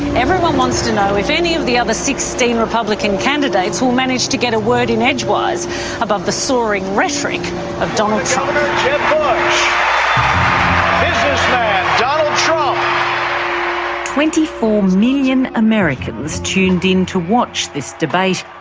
everyone wants to know if any of the other sixteen republican candidates will manage to get a word in edgewise above the soaring rhetoric of donald trump. ah um twenty four million americans tuned in to watch this debate,